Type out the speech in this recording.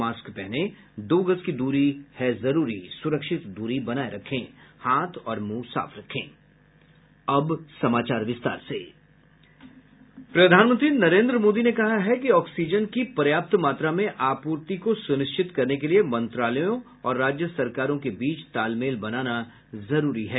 mask पहनें दो गज दूरी है जरूरी सुरक्षित दूरी बनाये रखें हाथ और मुंह साफ रखें प्रधानमंत्री नरेंद्र मोदी ने कहा है कि ऑक्सीजन की पर्याप्त मात्रा में आपूर्ति को सुनिश्चित करने के लिए मंत्रालयों और राज्य सरकारों के बीच तालमेल बनाना जरूरी है